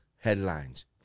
headlines